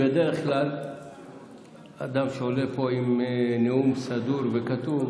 בדרך כלל אדם שעולה לפה עם נאום סדור וכתוב,